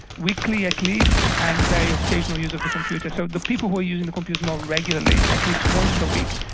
weekly at least, and very occasional use of the computer. so the people who were using the computers more regularly, at least once a week,